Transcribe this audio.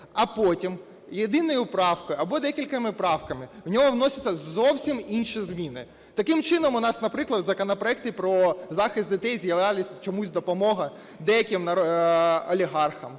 а потім єдиною правкою або декількома правками в нього вносяться зовсім інші зміни. Таким чином у нас, наприклад, в законопроекті про захист дітей з'явилась чомусь допомога деяким олігархам.